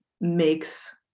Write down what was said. makes